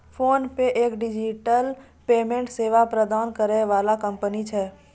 PhonePe एक digital payment सेवा प्रदान करै वाला एक कंपनी छै